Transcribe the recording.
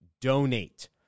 donate